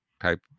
type